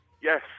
Yes